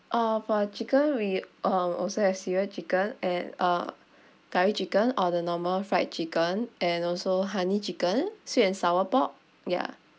uh for chicken we um also have cereal chicken and uh curry chicken or the normal fried chicken and also honey chicken sweet and sour pork ya